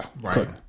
Right